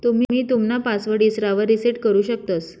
तुम्ही तुमना पासवर्ड इसरावर रिसेट करु शकतंस